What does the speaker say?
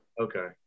Okay